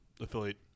affiliate